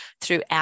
throughout